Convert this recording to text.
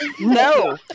no